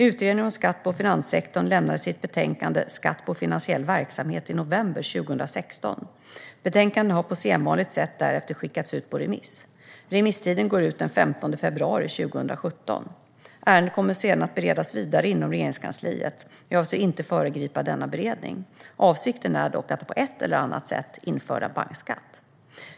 Utredningen om skatt på finanssektorn lämnade sitt betänkande Skatt på finansiell verksamhet i november 2016. Betänkandet har på sedvanligt sätt därefter skickats ut på remiss. Remisstiden går ut den 15 februari 2017. Ärendet kommer sedan att beredas vidare inom Regeringskansliet. Jag avser inte att föregripa denna beredning. Avsikten är dock att på ett eller annat sätt införa bankskatt.